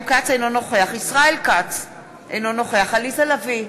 אינו נוכח ישראל כץ, אינו נוכח עליזה לביא,